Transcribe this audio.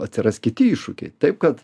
atsiras kiti iššūkiai taip kad